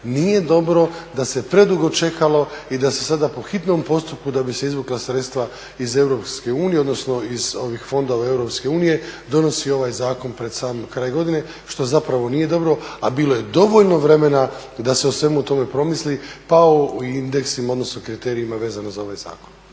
nije dobro, da se predugo čekalo i da se sada po hitnom postupku da bi se izvukla sredstva iz Europske unije, odnosno iz ovih fondova Europske unije donosi ovaj zakon pred sam kraj godine što zapravo nije dobro a bilo je dovoljno vremena da se o svemu tome promisli pa i o indeksima odnosno kriterijima vezano za ovaj zakon.